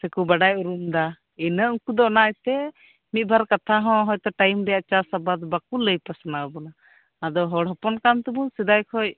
ᱥᱮᱠᱚ ᱵᱟᱰᱟᱭ ᱩᱨᱩᱢᱫᱟ ᱤᱱᱟᱹᱠᱚ ᱤᱭᱟᱹᱛᱮ ᱩᱱᱠᱩ ᱫᱚ ᱴᱟᱭᱤᱢ ᱨᱮᱱᱟᱜ ᱪᱟᱥ ᱟᱵᱟᱫ ᱵᱟᱠᱚ ᱞᱟᱹᱭ ᱯᱟᱥᱱᱟᱣᱟᱵᱚᱱᱟ ᱟᱫᱚ ᱦᱚᱲ ᱦᱚᱯᱚᱱ ᱠᱟᱱ ᱛᱮᱵᱚᱱ ᱥᱮᱫᱟᱭ ᱠᱷᱚᱡ